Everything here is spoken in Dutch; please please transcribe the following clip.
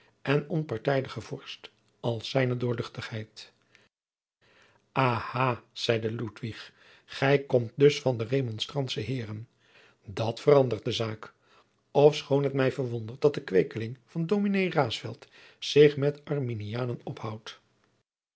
en onpartijdigen vorst als zijne doorluchtigheid aha zeide ludwig gij komt dus van de remonstrantsche heeren dat verandert de zaak ofschoon het mij verwondert dat de kweekeling van ds raesfelt zich met arminianen ophoudt